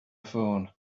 phone